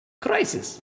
crisis